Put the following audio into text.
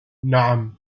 نعم